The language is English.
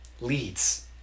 leads